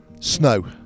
snow